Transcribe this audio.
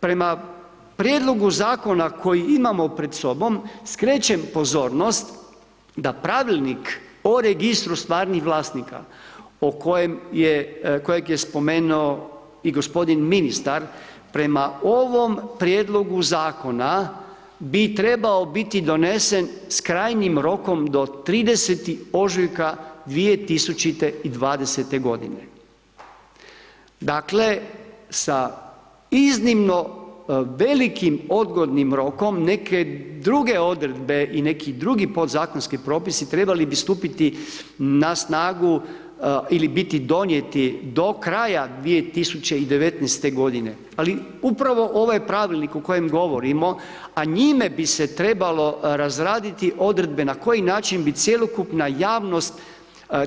Prema prijedlogu zakona, koji imamo pred sobom, skrećem pozornost, da pravilnik o registru stvarnih vlasnika, o kojem je, kojeg je spomenuo i gospodin ministar, prema ovom prijedlogu zakona, bi trebao biti donesen sa krajnjim rokom do 30. ožujka 2020. g. Dakle, sa iznimno velikim odgodim rokom, neke druge odredbe i neki drugi podzakonski propisi trebali bi stupati na snagu ili biti donijeti do kraja 2019. g. ali, upravo ovaj pravilnik o kojem govorimo, a njime bi se trebalo razraditi odredbe, na koji način bi cjelokupna javnost